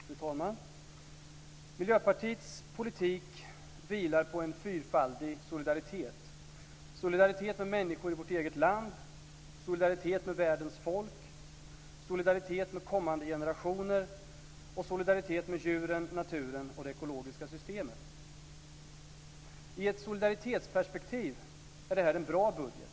Fru talman! Miljöpartiets politik vilar på en fyrfaldig solidaritet: solidaritet med människor i vårt eget land, solidaritet med världens folk, solidaritet med kommande generationer och solidaritet med djuren, naturen och det ekologiska systemet. I ett solidaritetsperspektiv är det här en bra budget.